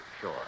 Sure